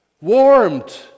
warmed